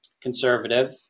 conservative